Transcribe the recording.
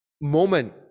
moment